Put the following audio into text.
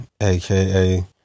aka